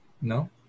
no